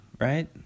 right